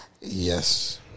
Yes